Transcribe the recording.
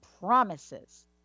promises